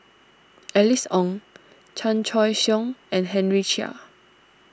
Alice Ong Chan Choy Siong and Henry Chia